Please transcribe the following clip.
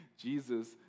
Jesus